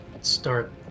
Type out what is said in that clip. start